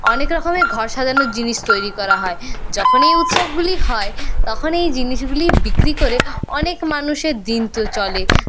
অনেক রকমের ঘর সাজানোর জিনিস তৈরি করা হয় যখনি এই উৎসবগুলি হয় তখনি এই জিনিসগুলি বিক্রি করে অনেক মানুষের দিন তো চলে